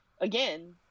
again